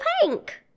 pink